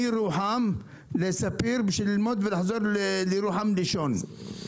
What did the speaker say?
מירוחם לספיר בשביל ללמוד ולחזור לירוחם לישון.